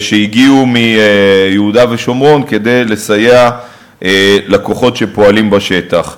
שהגיעו מיהודה ושומרון כדי לסייע לכוחות שפועלים בשטח.